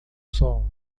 sol